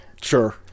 Sure